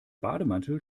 bademantel